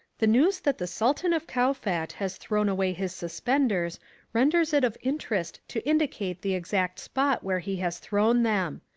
the news that the sultan of kowfat has thrown away his suspenders renders it of interest to indicate the exact spot where he has thrown them.